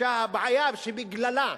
שהבעיה שבגללה,